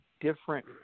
different